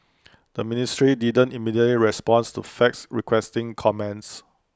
the ministry didn't immediately responds to fax requesting comments